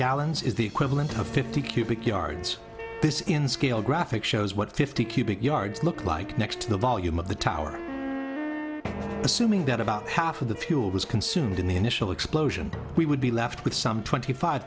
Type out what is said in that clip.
gallons is the equivalent of fifty cubic yards this in scale graphic shows what fifty cubic yards look like next to the volume of the towers assuming that about half of the fuel was consumed in the initial explosion we would be left with some twenty five